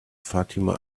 fatima